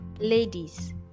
ladies